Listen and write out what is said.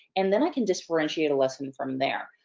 and then, i can just differentiate a lesson from there.